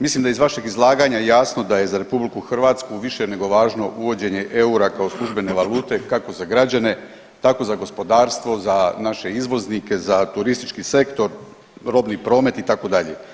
Mislim da je iz vašeg izlaganja jasno da je za RH više nego važno uvođenje eura kao službene valute, kako za građane, tako za gospodarstvo, za naše izvoznike, za turistički sektor, robni promet, itd.